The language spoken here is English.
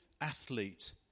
athlete